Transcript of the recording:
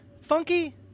Funky